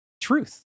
truth